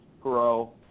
Grow